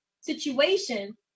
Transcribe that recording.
situation